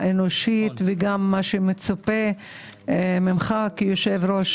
האנושית וגם מה שמצופה ממך כיושב-ראש